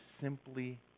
simply